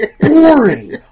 boring